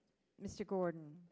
mr gordon